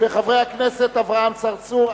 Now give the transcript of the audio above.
וכן של חברי הכנסת אברהים צרצור,